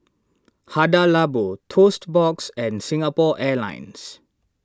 Hada Labo Toast Box and Singapore Airlines